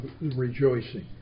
rejoicing